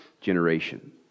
generation